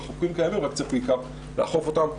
החוקים קיימים, רק צריך לאכוף אותם.